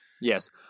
Yes